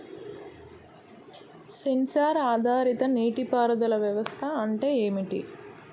Censor ఆధారిత నీటి పారుదల వ్యవస్థ అంటే ఏమిటి?